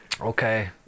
okay